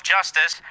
Justice